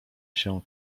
się